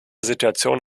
situation